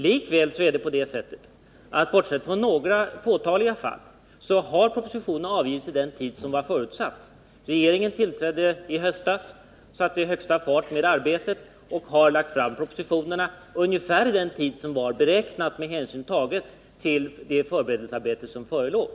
Likväl är det så — bortsett från några fåtaliga fall — att propositionerna avgivits i den tid som var förutsatt. Regeringen tillträdde i höstas, satte högsta fart med arbetet och har lagt fram propositionerna ungefär vid den tid som var beräknad med hänsyn till det förberedelsearbete som hade gjorts.